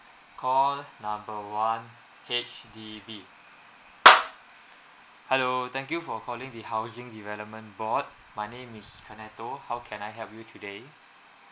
call number one H_D_B hello thank you for calling the housing development board my name is keneto how can I help you today